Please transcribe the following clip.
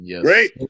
Great